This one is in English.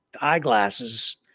eyeglasses